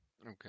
Okay